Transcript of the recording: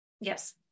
Yes